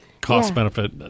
cost-benefit